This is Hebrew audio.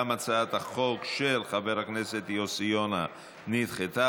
גם הצעת החוק של חבר הכנסת יוסי יונה נדחתה.